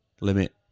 limit